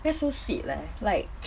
that's so sweet leh like